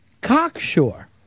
cocksure